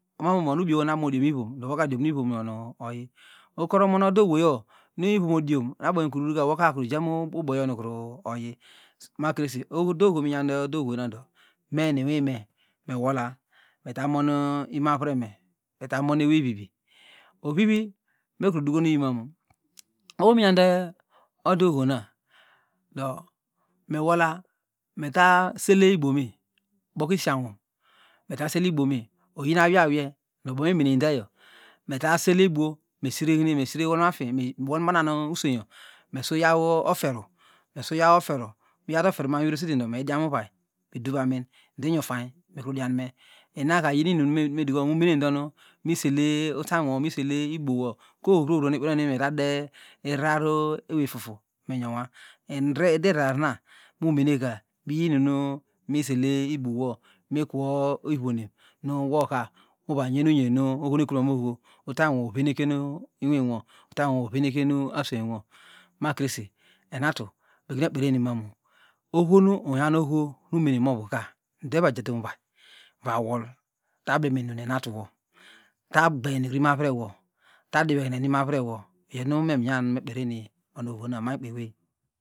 Mamomom onubiewo nu abomodiomivom do wokadiomivornoyi mukru mondo wego nuivomodiom abomu kruruka woka krujamu boyonuoyi makress oh de ohonu uyade menwunwume mewola metamonu umavrame metamon eweyvivi ovivi mekrudugo iyimamu ohonu nyande ohona di me wola meta saleyibuome boku isianwum meta saleyibuome oyini awuye awuye ndo ubo me meneindago metaseleibuo mesirehine mesire wolmuafin mewolmubamanu usweingo nusu yaw oferu miyawtu oferu suyaw oferu miyawtu oferu muresete do meyidian urey mediuvamin do inyofayn idiamun inaka iyinuinumuru umenendonu miseley itauynwo miseley ibuowo ku ohovrohovro ewey etade iraru eweyfufu menyonwa iderararna mumeneka iyinuinumuru miseleibwowo mikwo ivonem nu woka mwanyerunyenu nevotumamu oho utanwo oveneken inwinwo utanywowo oveniken asweinwo makrese enahi megunekperinimamu ohonu unyan oho umemovuka do evajatumuvay vawuta blemenu nu anatuwo ta gbey nu imoavrewo tadivehine nu imo avrewo iyonumeminyan numekeeriye no onu ohona maykpeway.